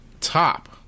top